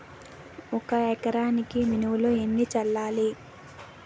ఒక ఎకరాలకు మినువులు ఎన్ని చల్లాలి?